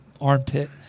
Armpit